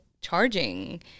charging